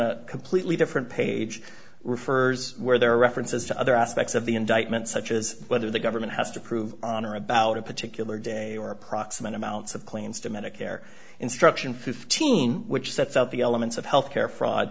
a completely different page refers where there are references to other aspects of the indictment such as whether the government has to prove on or about a particular day or approximate amounts of claims to medicare instruction fifteen which sets out the elements of health care fraud